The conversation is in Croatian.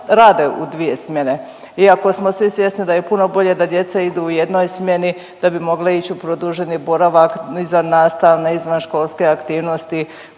rade u dvije smjene iako smo svi svjesni da je puno bolje da djeca idu u jednoj smjeni da bi mogla ići u produženi boravak, izvannastavne, izvanškolske aktivnosti,